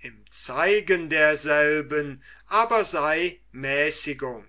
im zeigen derselben aber sei mäßigung